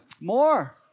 more